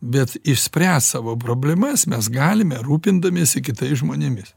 bet išspręst savo problemas mes galime rūpindamiesi kitais žmonėmis